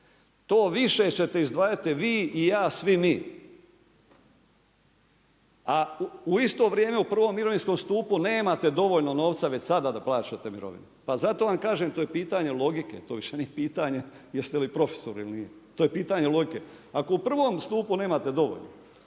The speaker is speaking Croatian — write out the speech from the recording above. To više ćete izdvajati vi i ja, svi mi. A u isto vrijeme u prvom mirovinskom stupu nemate dovoljno novca već sada da plaćate mirovinu. Pa zato vam kažem to je pitanje logike, to više nije pitanje jeste li profesor ili nije. To je pitanje logike. Ako u prvom stupu nemate dovoljno,